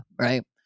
Right